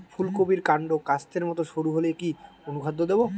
ফুলকপির কান্ড কাস্তের মত সরু হলে কি অনুখাদ্য দেবো?